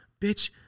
bitch